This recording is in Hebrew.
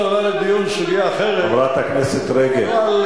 חברת הכנסת רגב,